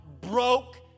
broke